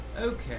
Okay